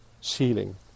ceiling